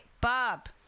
Bob